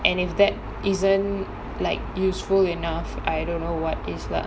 and if that isn't like useful enough I don't know what is lah